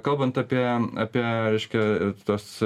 kalbant apie apie reiškia tuos